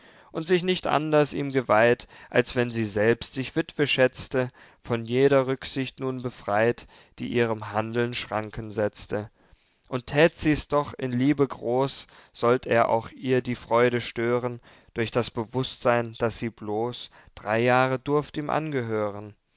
und sich nicht anders ihm geweiht als wenn sie selbst sich wittwe schätzte von jeder rücksicht nun befreit die ihrem handeln schranken setzte und thät sie's doch in liebe groß sollt er auch ihr die freude stören durch das bewußtsein daß sie bloß drei jahre durft ihm angehören